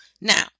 Now